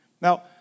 Now